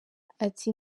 ati